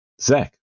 Zach